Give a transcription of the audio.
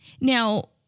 Now